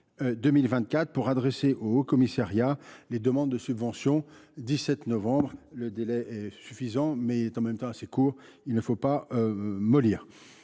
pour adresser au haut commissariat les demandes de subventions. Ce délai est suffisant, mais il est assez court… Il ne faut pas mollir.